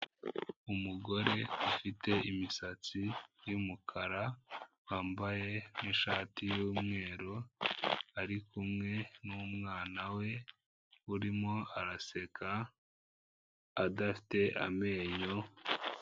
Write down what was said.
Umugore ufite imisatsi y'umukara, wambaye n'ishati y'umweru ari kumwe n'umwana we urimo araseka adafite amenyo.